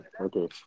okay